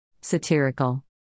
satirical